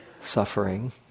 suffering